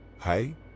Hey